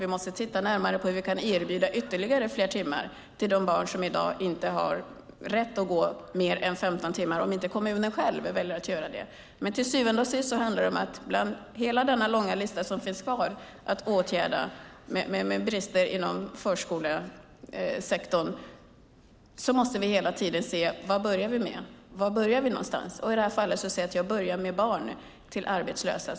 Vi måste titta närmare på hur vi kan erbjuda ytterligare fler timmar till de barn som i dag inte har rätt att gå mer än 15 timmar, om inte kommunen själv väljer att göra det. Till syvende och sist handlar det om att med den långa lista av brister inom förskolesektorn som finns kvar att åtgärda måste vi hela tiden se var vi ska börja någonstans. I det här fallet säger jag att jag börjar med barn till arbetslösa.